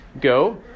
go